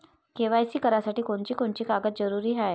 KYC करासाठी कोनची कोनची कागद जरुरी हाय?